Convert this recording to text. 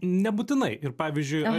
nebūtinai ir pavyzdžiui